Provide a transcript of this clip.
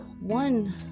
one